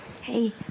Hey